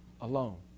alone